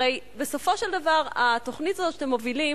הרי בסופו של דבר התוכנית הזאת שאתם מובילים